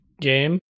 Game